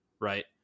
right